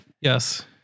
Yes